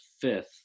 fifth